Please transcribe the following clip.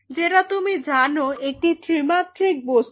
যেটা তুমি জানো একটি ত্রিমাত্রিক বস্তু